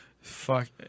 Fuck